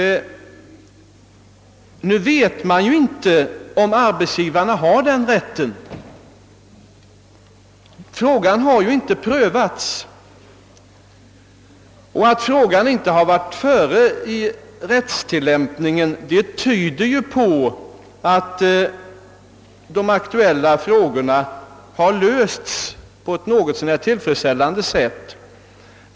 Nu vet man inte om arbetsgivarna har den rätten. Frågan har ju inte prövats. Och det faktum att frågan inte varit före i rättstillämpningen tyder ju på att problemen i de fall som aktualiserats lösts på ett något så när tillfredsställande sätt.